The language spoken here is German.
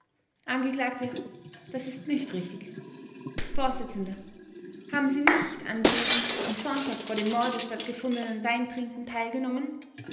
angekl das ist nicht richtig vors haben sie nicht an dem am sonntag vor dem morde stattgefundenen weintrinken teilgenommen